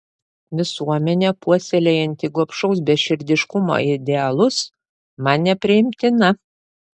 visuomenė puoselėjanti gobšaus beširdiškumo idealus man nepriimtina